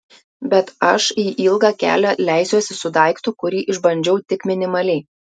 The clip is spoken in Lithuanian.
bet aš į ilgą kelią leisiuosi su daiktu kurį išbandžiau tik minimaliai